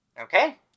Okay